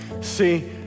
See